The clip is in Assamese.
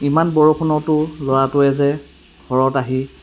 ইমান বৰষুণতো ল'ৰাটোৱে যে ঘৰত আহি